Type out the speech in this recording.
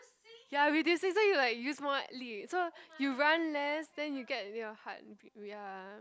ya reducing so you like you use more lead so you run less then you get your heart bea~ ya